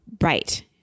Right